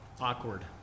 awkward